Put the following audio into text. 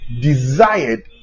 desired